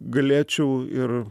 galėčiau ir